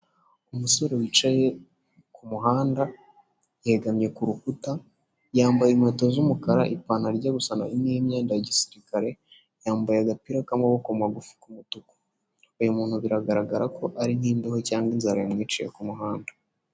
Umusore wicaye ku muhanda, yegamye ku rukuta, yambaye inkweto z'umukara, ipantaro ijya gusa n'imyenda ya gisirikare, yambaye agapira k'amaboko magufi k'umutuku. Uyu muntu biragaragara ko ari nk'imbeho cyangwa inzara yamwiciye ku muhanda.